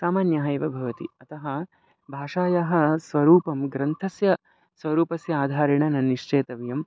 सामान्यः एव भवति अतः भाषायाः स्वरूपं ग्रन्थस्य स्वरूपस्य आधारेण न निश्चेतव्यं